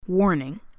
Warning